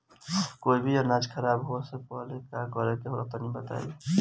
कोई भी अनाज खराब होए से पहले का करेके होला तनी बताई?